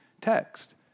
text